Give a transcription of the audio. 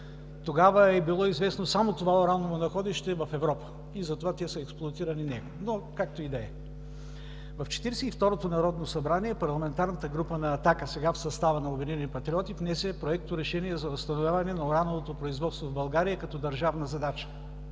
Тогава е било известно само това ураново находище в Европа и затова те се експлоатирали него. Но, както и да е. В Четиридесет и второто народно събрание Парламентарната група на „Атака“, сега в състава на „Обединени патриоти“ внесе Проекторешение за възстановяване на урановото производство в България като държавна задача.